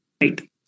Right